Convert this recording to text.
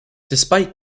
despite